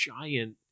giant